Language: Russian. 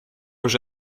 уже